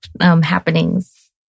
happenings